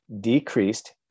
decreased